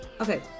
Okay